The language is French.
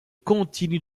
continue